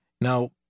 Now